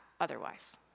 otherwise